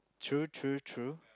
true true true